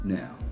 now